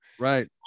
right